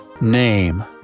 name